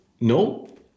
No